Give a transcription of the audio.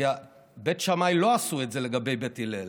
כי בית שמאי לא עשו את זה לגבי בית הלל.